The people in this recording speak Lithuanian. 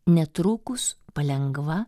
netrukus palengva